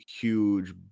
huge